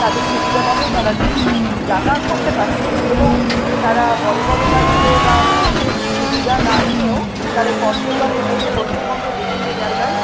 তাদের সুবিধামতো তারা যাতায়াত করতে পারছে এবং তারা বড় বড় গাড়িতে বা বিশেষ সুবিধা না নিয়েও তাদের এই পর্যটনের মধ্যে পশ্চিমবঙ্গের বিভিন্ন জায়গায়